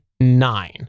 nine